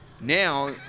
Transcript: Now